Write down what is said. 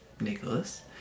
Nicholas